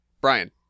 Brian